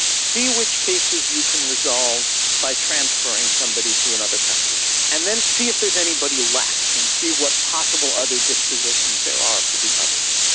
see which cases you can resolve by transferring somebody to another country and then see if there's anybody left and see what possible other dispositions there are for the others'.